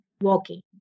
walking